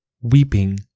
Weeping